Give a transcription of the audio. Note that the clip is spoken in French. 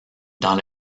dans